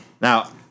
Now